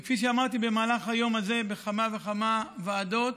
כפי שאמרתי במהלך היום הזה בכמה וכמה ועדות,